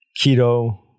keto